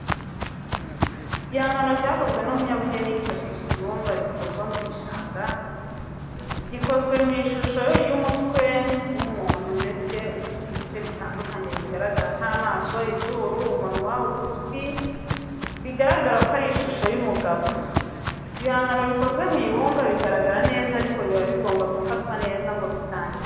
Igihangano cyakozwe n'umunyabugeni yifashishije ibumba rikurwa mu gishanga gikozwe mu ishusho y'umutwe w'umuntu ndetse ufite ibice bitandukanye bigaragara nk'amaso, izuru, umunwa, ugutwi, bigaragara ko ari ishusho y'umugabo. Ibihangano bikozwe mu ibumba bigaragara neza ariko biba bigomba gufatwa neza ngo bitangirika.